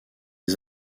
des